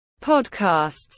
podcasts